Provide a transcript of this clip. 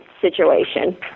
situation